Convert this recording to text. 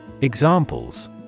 Examples